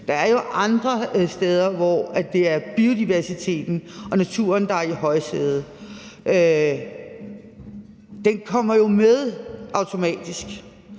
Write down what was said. Der er jo andre steder, hvor det er biodiversiteten og naturen, der er i højsædet. Det kommer jo med automatisk,